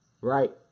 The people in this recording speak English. right